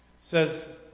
says